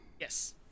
Yes